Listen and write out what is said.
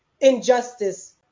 injustice